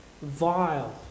Vile